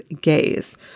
gaze